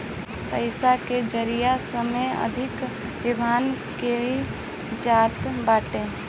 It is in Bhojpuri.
पईसा के जरिया से सबसे अधिका विमिमय कईल जात बाटे